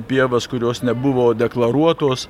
pievas kurios nebuvo deklaruotos